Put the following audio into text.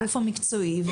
הגוף המקצועי,